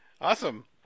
awesome